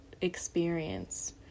experience